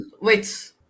wait